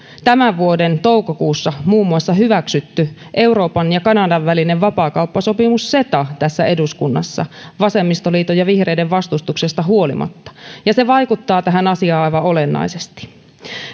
tämän vuoden toukokuussa muun muassa hyväksytty euroopan ja kanadan välinen vapaakauppasopimus ceta tässä eduskunnassa vasemmistoliiton ja vihreiden vastustuksesta huolimatta se vaikuttaa tähän asiaan aivan olennaisesti